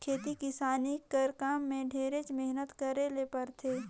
खेती किसानी कर काम में ढेरेच मेहनत करे ले परथे